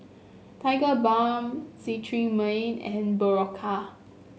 Tigerbalm Cetrimide and Berocca